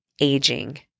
aging